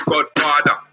Godfather